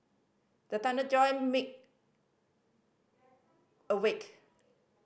the thunder jolt me awake